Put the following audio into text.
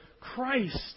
Christ